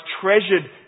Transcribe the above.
treasured